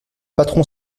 patron